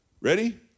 Ready